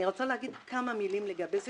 ואני רוצה להגיד כמה מילים לגבי זה